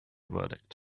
verdict